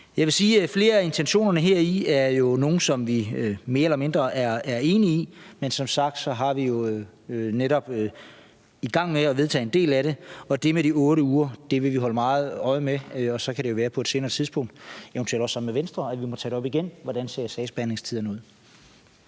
Jeg vil sige, at flere af intentionerne heri er jo nogle, som vi mere eller mindre er enige i. Men som sagt er vi jo netop i gang med at vedtage en del af det. Og det med de 8 uger vil vi holde meget øje med, og så kan det jo være, at vi på et senere tidspunkt, eventuelt sammen med Venstre, må tage det op igen: Hvordan ser sagsbehandlingstiderne ud?